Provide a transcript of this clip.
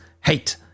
hate